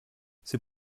c’est